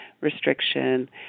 restriction